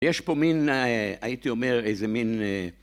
יש פה מין, הייתי אומר, איזה מין...